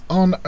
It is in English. on